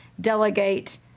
delegate